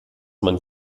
man